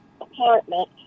apartment